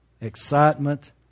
excitement